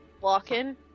Walking